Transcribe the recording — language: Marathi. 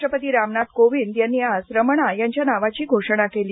राष्ट्रपती रामनाथ कोविंद यांनी आज रमणा यांच्या नावाची घोषणा केली